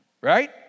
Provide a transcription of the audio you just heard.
Right